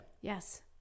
Yes